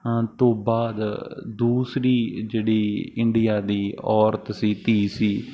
ਤੋਂ ਬਾਅਦ ਦੂਸਰੀ ਜਿਹੜੀ ਇੰਡੀਆ ਦੀ ਔਰਤ ਸੀ ਧੀ ਸੀ